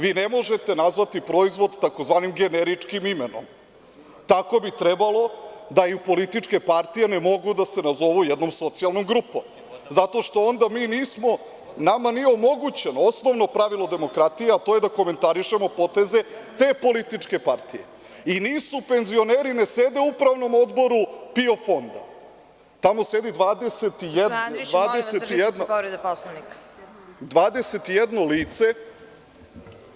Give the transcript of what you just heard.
Vi ne možete nazvati proizvod tzv. generičkim imenom, tako bi trebalo da i političke partije ne mogu da se nazovu jednom socijalnom grupom, zato što onda nama nije omogućeno osnovno pravilo demokratije, a to je da komentarišemo poteze te političke partije i nisu penzioneri, ne sede u Upravnom odboru PIO fonda. (Predsedavajuća: Gospodine Andriću, molim vas, držite se povrede Poslovnika.